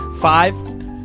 Five